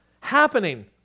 happening